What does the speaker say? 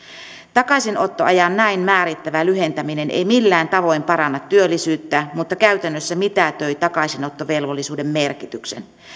takaisinottoajan näin määrittävä lyhentäminen ei millään tavoin paranna työllisyyttä mutta käytännössä mitätöi takaisinottovelvollisuuden merkityksen